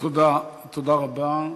תודה, תודה רבה.